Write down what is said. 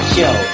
Show